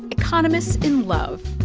economists in love